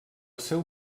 seu